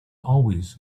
always